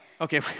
okay